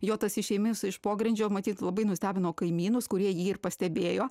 juo tas išėmis iš pogrindžio matyt labai nustebino kaimynus kurie jį ir pastebėjo